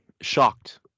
shocked